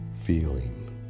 feeling